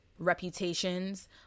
reputations